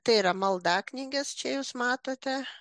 tai yra maldaknygės čia jūs matote